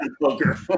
poker